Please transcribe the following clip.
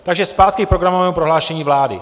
Takže zpátky k programovému prohlášení vlády.